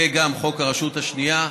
וגם בחוק הרשות השנייה,